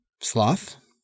Sloth